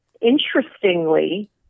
interestingly